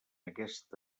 aquest